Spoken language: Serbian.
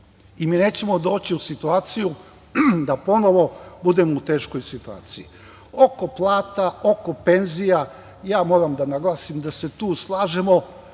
Mi nećemo doći u situaciju da ponovo budemo u teškoj situaciji. Oko plata, oko penzija moram da naglasim da se tu slažemo,